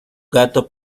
gato